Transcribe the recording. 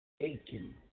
aching